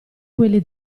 quelli